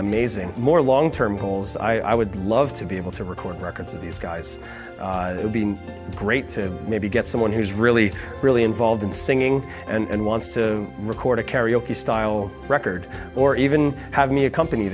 amazing more long term goals i would love to be able to record records of these guys would be great to maybe get someone who's really really involved in singing and wants to record a karaoke style record or even have me accompany